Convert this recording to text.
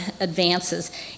advances